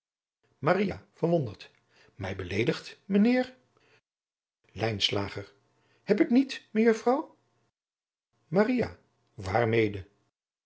verwonderd mij beleedigd mijn heer lijnslager heb ik niet mejuffrouw